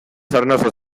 sarnosos